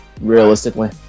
realistically